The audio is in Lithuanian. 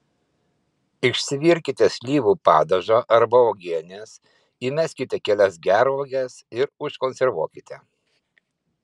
išsivirkite slyvų padažo arba uogienės įmeskite kelias gervuoges ir užkonservuokite